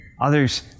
Others